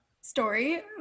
story